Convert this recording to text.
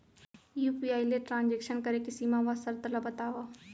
UPI ले transaction करे के सीमा व शर्त ला बतावव?